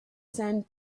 sand